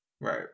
right